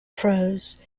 prose